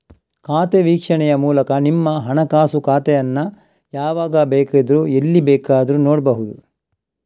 ಖಾತೆ ವೀಕ್ಷಣೆಯ ಮೂಲಕ ನಿಮ್ಮ ಹಣಕಾಸು ಖಾತೆಯನ್ನ ಯಾವಾಗ ಬೇಕಿದ್ರೂ ಎಲ್ಲಿ ಬೇಕಾದ್ರೂ ನೋಡ್ಬಹುದು